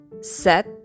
set